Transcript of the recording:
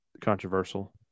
Controversial